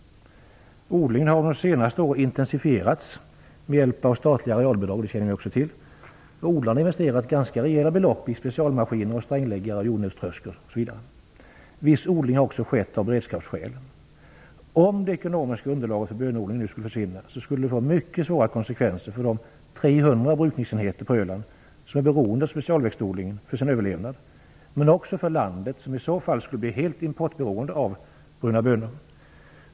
Odlingen har under de senaste åren intensifierats med hjälp av statliga arealbidrag. Det känner vi också till. Odlarna har investerat ganska rejäla belopp i specialmaskiner, strängläggare, jordnötströskor osv. Viss odling har också skett av beredskapsskäl. Om det ekonomiska underlaget för bönodling nu skulle försvinna skulle det få mycket svåra konsekvenser för de 300 brukningsenheter på Öland som är beroende av specialväxtodlingen för sin överlevnad, men också för landet, som i så fall skulle bli helt importberoende när det gäller bruna bönor.